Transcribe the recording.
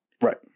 Right